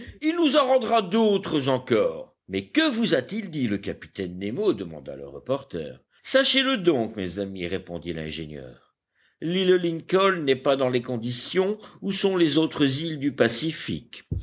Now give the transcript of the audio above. il nous en rendra d'autres encore mais que vous a dit le capitaine nemo demanda le reporter sachez-le donc mes amis répondit l'ingénieur l'île lincoln n'est pas dans les conditions où sont les autres îles du pacifique